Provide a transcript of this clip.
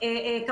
וגם לא